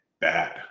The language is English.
bad